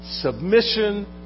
submission